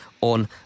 on